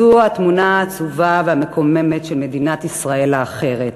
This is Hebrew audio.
זו התמונה העצובה והמקוממת של מדינת ישראל האחרת.